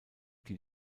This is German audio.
die